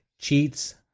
Cheats